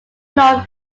known